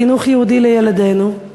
לחינוך יהודי לילדינו.